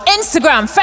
Instagram